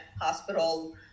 hospital